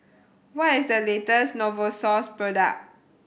what is the latest Novosource product